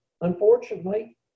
unfortunately